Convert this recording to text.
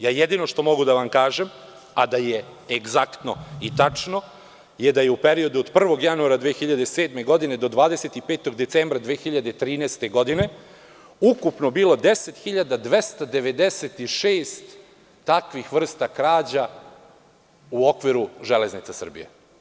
Jedino što mogu da vam kažem, a da je egzaktno i tačno, je da je u periodu od 1. januara 2007. godine do 25. decembra 2013. godine bilo ukupno 10.296 takvih vrsta krađa u okviru „Železnica Srbije“